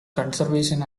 conservation